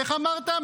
איך אמרת?